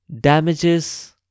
Damages